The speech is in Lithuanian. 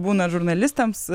būna žurnalistams